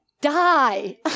Die